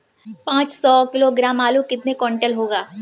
पाँच सौ किलोग्राम आलू कितने क्विंटल होगा?